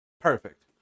Perfect